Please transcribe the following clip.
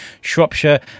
shropshire